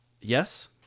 Yes